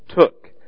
took